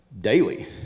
daily